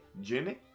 Jimmy